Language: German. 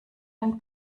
den